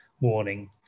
warning